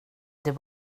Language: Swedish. det